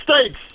States